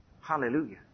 Hallelujah